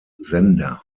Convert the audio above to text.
sender